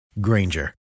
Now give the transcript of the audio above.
Granger